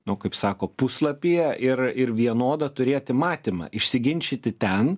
nu kaip sako puslapyje ir ir vienodą turėti matymą išsiginčyti ten